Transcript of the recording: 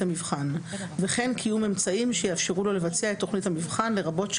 המבחן וכן קיום אמצעים שיאפשרו לו לבצע את תכנית המבחן לרבות,